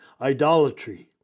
idolatry